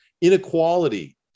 inequality